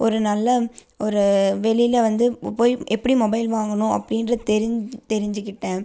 ஒரு நல்ல ஒரு வெளியில் வந்து இப்போ போய் எப்படி மொபைல் வாங்கணும் அப்படின்ற தெரிஞ் தெரிஞ்சுக்கிட்டேன்